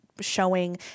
showing